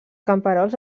camperols